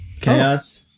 Chaos